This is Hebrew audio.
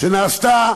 שנעשתה